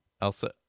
Elsa